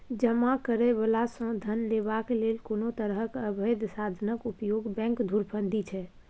जमा करय बला सँ धन लेबाक लेल कोनो तरहक अबैध साधनक उपयोग बैंक धुरफंदी छै